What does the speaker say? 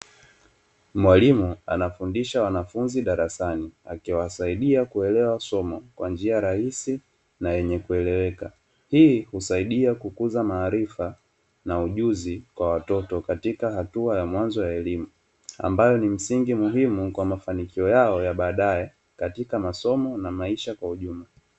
Mwalimu anafundisha wanafunzi darasani, akisaidia kuelewa somo, kwa njia rahisi na yenye kueleweka. Hii husaidia kukuza maarifa na ujuzi kwa watoto katika hatua ya mwanzo ya elimu ambayo ni msingi muhimu kwa mafanikio yao ya baadae katika masomo na maisha kwa ujumla.